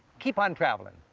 keep on traveling.